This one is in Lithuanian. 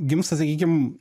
gimsta sakykim